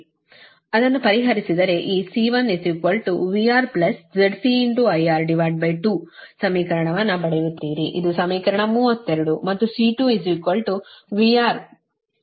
ಅದನ್ನು ಪರಿಹರಿಸಿದರೆ ಈ C1VRZCIR2 ಸಮೀಕರಣ ಅನ್ನು ಪಡೆಯುತ್ತೀರಿ ಇದು ಸಮೀಕರಣ 32 ಮತ್ತುC2VR ZCIR2 ಇದು ಸಮೀಕರಣ 33